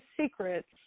secrets